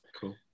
Cool